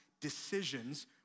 decisions